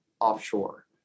offshore